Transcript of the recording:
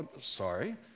sorry